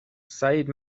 سعید